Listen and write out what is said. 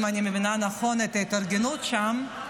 אם אני מבינה נכון את ההתארגנות שם,